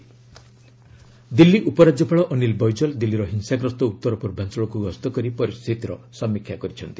LG visit Delhi ଉପରାଜ୍ୟପାଳ ଅନୀଲ ବୈଜଲ ଦିଲ୍ଲୀର ହିଂସାଗ୍ରସ୍ତ ଉତ୍ତରପୂର୍ବାଞ୍ଚଳକ୍ ଗସ୍ତ କରି ପରିସ୍ଥିତିର ସମୀକ୍ଷା କରିଛନ୍ତି